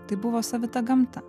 tai buvo savita gamta